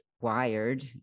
wired